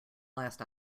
last